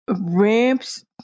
ramps